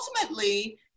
ultimately